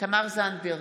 תמר זנדברג,